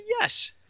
yes